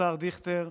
השר דיכטר,